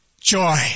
joy